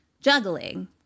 juggling